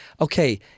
okay